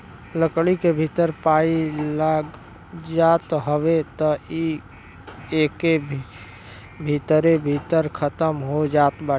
लकड़ी के भीतर पाई लाग जात हवे त इ एके भीतरे भीतर खतम हो जात बाटे